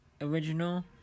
original